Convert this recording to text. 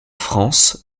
france